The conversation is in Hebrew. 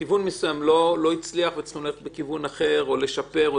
שכיוון מסוים לא הצליח וצריך ללכת לכיוון אחר או לשפר.